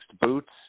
boots